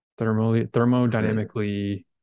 thermodynamically